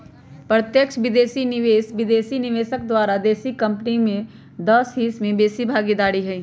प्रत्यक्ष विदेशी निवेश विदेशी निवेशक द्वारा देशी कंपनी में दस हिस्स से बेशी भागीदार हइ